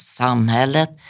samhället